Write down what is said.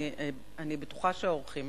אני בטוחה שהאורחים